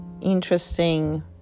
interesting